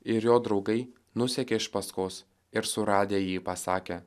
ir jo draugai nusekė iš paskos ir suradę jį pasakė